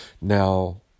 Now